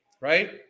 right